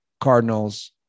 Cardinals